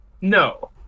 No